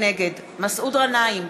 נגד מסעוד גנאים,